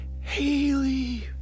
Haley